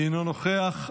אינו נוכח,